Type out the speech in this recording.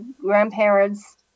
grandparents